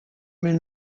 mais